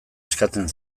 eskatzen